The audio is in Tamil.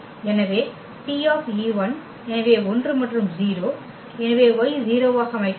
எனவே T எனவே 1 மற்றும் 0 எனவே y 0 ஆக அமைக்கப்படும்